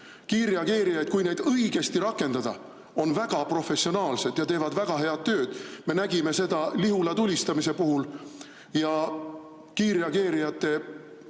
Kiirreageerijad, kui neid õigesti rakendada, on väga professionaalsed ja teevad väga head tööd. Me nägime seda Lihula tulistamise puhul, kiirreageerijate